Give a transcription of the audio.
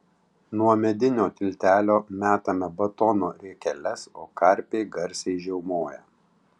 nuo medinio tiltelio metame batono riekeles o karpiai garsiai žiaumoja